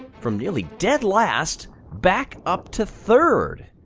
from nearly dead last back up to third.